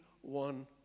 one